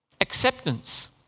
Acceptance